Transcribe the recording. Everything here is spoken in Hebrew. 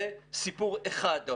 זה סיפור אחד.